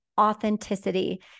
authenticity